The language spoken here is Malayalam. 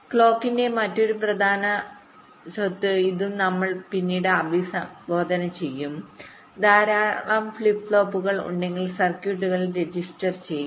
ക്ലോക്കിന്റെ മറ്റൊരു പ്രധാന സ്വത്ത് ഇതും ഞങ്ങൾ പിന്നീട് അഭിസംബോധന ചെയ്യും ധാരാളം ഫ്ലിപ്പ് ഫ്ലോപ്പുകൾ ഉണ്ടെങ്കിൽ സർക്യൂട്ടിൽ രജിസ്റ്റർ ചെയ്യും